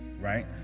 Right